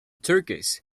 turkeys